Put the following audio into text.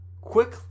Quick